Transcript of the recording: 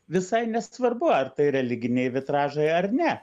visai nesvarbu ar tai religiniai vitražai ar ne